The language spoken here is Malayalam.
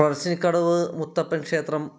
പറശ്ശിനിക്കടവ് മുത്തപ്പൻ ക്ഷേത്രം